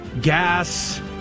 gas